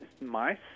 mice